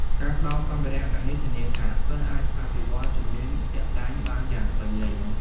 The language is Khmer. ការផ្តល់សម្ភារៈទាំងនេះធានាថាសិស្សអាចអភិវឌ្ឍជំនាញជាក់ស្តែងបានយ៉ាងពេញលេញ។